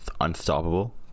unstoppable